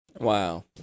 Wow